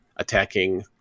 attacking